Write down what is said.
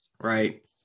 right